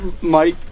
Mike